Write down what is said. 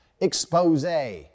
Expose